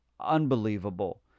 Unbelievable